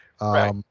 Right